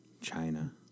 China